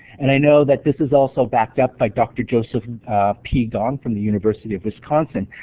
and i know that this is also backed up by dr. joseph p. gone, from the university of wisconsin,